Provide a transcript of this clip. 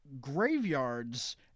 graveyards